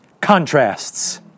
contrasts